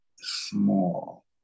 small